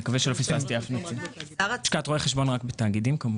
לשכת רואי חשבון, תאגידים.